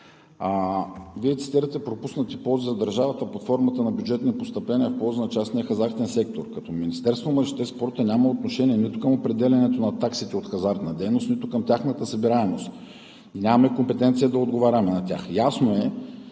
Вие цитирате пропуснати ползи за държавата под формата на бюджетни постъпления в полза на частния хазартен сектор. Министерството на младежта и спорта няма отношение нито към определянето на таксите от хазартна дейност, нито към тяхната събираемост. Нямаме компетенцията да отговаряме на тях. Ясно е,